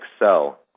excel